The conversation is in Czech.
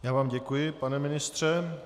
Já vám děkuji, pane ministře.